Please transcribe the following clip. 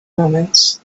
moments